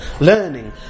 learning